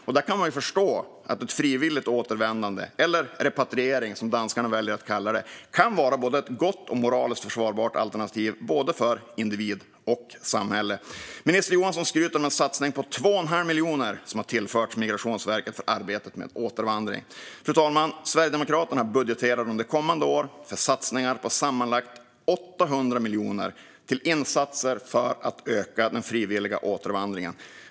Man kan ju förstå att ett frivilligt återvändande, eller repatriering, som danskarna väljer att kalla det, kan vara ett både gott och moraliskt försvarbart alternativ för såväl individ som samhälle. Minister Johansson skryter om en satsning där 2 1⁄2 miljon har tillförts Migrationsverket för arbetet med återvandring. Sverigedemokraterna budgeterar under kommande år, fru talman, för satsningar på sammanlagt 800 miljoner till insatser för att öka den frivilliga återvandringen.